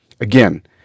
Again